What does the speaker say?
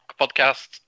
podcast